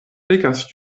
pekas